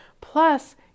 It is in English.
Plus